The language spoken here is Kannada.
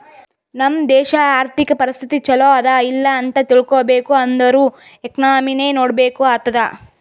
ನಮ್ ದೇಶಾ ಅರ್ಥಿಕ ಪರಿಸ್ಥಿತಿ ಛಲೋ ಅದಾ ಇಲ್ಲ ಅಂತ ತಿಳ್ಕೊಬೇಕ್ ಅಂದುರ್ ಎಕನಾಮಿನೆ ನೋಡ್ಬೇಕ್ ಆತ್ತುದ್